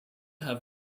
have